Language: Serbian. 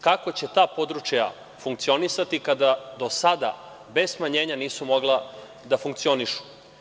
Kako će ta područja funkcionisati kada do sada bez smanjenja nisu mogla da funkcionišu?